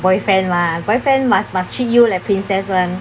boyfriend lah boyfriend must must treat you like princess [one]